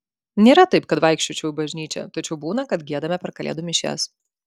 nėra taip kad vaikščiočiau į bažnyčią tačiau būna kad giedame per kalėdų mišias